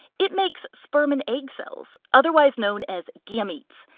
it makes sperm and egg cells otherwise known as gametes,